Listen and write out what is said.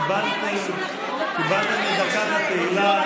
קיבלתם את דקת התהילה.